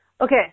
Okay